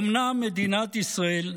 אומנם מדינת ישראל,